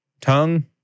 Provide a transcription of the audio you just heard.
tongue